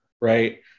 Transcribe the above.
Right